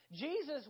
Jesus